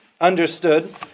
understood